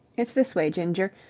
it's this way, ginger.